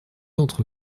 d’entre